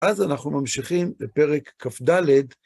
אז אנחנו ממשיכים לפרק כ"ד.